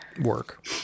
work